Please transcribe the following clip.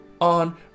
on